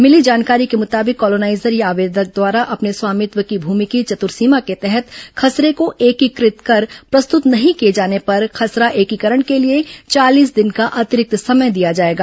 मिली जानकारी के मुताबिक कॉलोनाइजर या आवेदक द्वारा अपने स्वामित्व की भूमि की चर्त्सीमा के तहत खसरे को एकीकृत कर प्रस्तुत नहीं किए जाने पर खसरा एकीकरण के लिए चालीस दिन का अतिरिक्त समय दिया जाएगा